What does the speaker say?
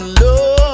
love